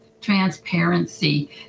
transparency